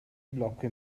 blocco